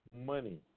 money